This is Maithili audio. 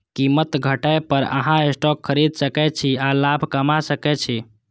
कीमत घटै पर अहां स्टॉक खरीद सकै छी आ लाभ कमा सकै छी